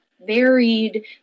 varied